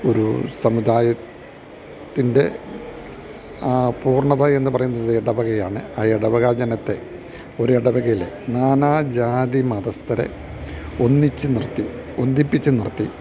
ഒരു സമുദായത്തിൻ്റെ ആ പൂർണ്ണതയെന്ന് പറയുന്നത് ഇടവകയാണ് ആ ഇടവകാജനത്തെ ഒരു ഇടവകയിലെ നാനാ ജാതി മതസ്ഥരെ ഒന്നിച്ചുനിർത്തി ഒന്നിപ്പിച്ചുനിർത്തി